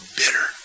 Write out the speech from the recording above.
bitter